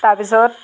তাৰপিছত